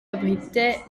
abritait